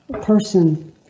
person